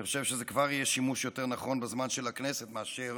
אני חושב שזה יהיה שימוש יותר נכון בזמן של הכנסת מאשר